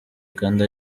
kandi